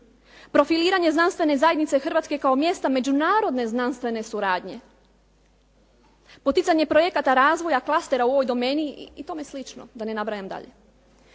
profiliranje znanstvene zajednice Hrvatske kao mjesta međunarodne znanstvene suradnje, poticanje projekata razvoja klastera u ovoj domeni i tome slično da ne nabrajam dalje.